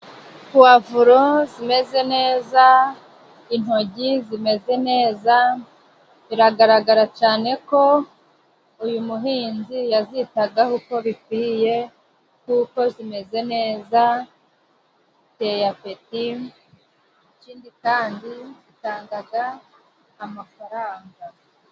Pwavuro zimeze neza, intogi zimeze neza, biragaragara cyane ko uyu muhinzi yazitagaho uko bikwiye, kuko zimeze neza ziteye apeti. Ikindi kandi ziitangaga amafaranga.